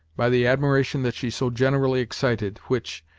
by the admiration that she so generally excited, which,